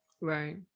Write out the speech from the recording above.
Right